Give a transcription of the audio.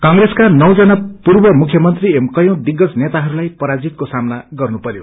कंग्रेसका नौजना पूर्व मुख्यमंत्री एवं कयौँ दिग्गज नेताहरूलाई पराजितको सामना गर्नुपरयो